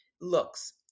looks